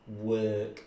work